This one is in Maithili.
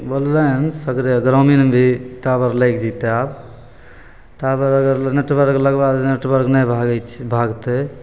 बोललै हँ सगरे ग्रामीणमे भी टावर लागि जएतै आब टावर अगर नेटवर्क लगबा नेटवर्क नहि भागै छै भागतै